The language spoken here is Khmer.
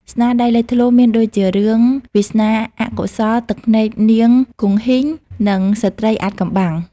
ស្នាដៃលេចធ្លោមានដូចជារឿង វាសនាអកុសល ទឹកភ្នែកនាងគង្ហីង និង ស្ត្រីអាថ៌កំបាំង។